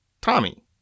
Tommy